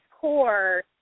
core